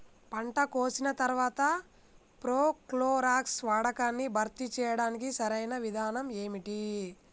పంట కోసిన తర్వాత ప్రోక్లోరాక్స్ వాడకాన్ని భర్తీ చేయడానికి సరియైన విధానం ఏమిటి?